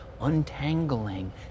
untangling